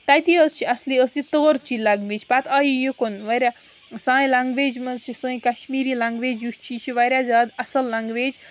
تَتی حظ چھِ اَصلی حس یہِ تورچی لَنٛگویج پہٕ آیہِ یکُن واریاہ سانہِ لنٛگویج منٛز چھِ سٲنۍ کَشمیٖری لَنٛگویج یُس چھُ یہِ چھُ واریاہ زیادٕ اَصٕل لنٛگویج